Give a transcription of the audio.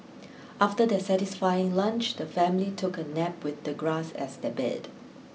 after their satisfying lunch the family took a nap with the grass as their bed